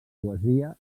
poesia